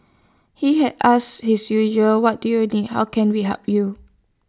he had asked his usual what do you need how can we help you